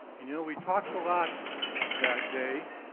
and you know, we talked a lot that day,